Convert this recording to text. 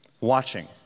watching